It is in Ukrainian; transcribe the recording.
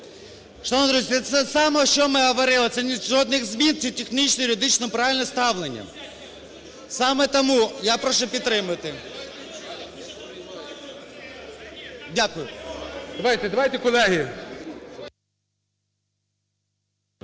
це те саме, що ми говорили, це жодних змін, це технічно, юридично правильне ставлення. Саме тому я прошу, підтримайте. Дякую.